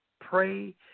Pray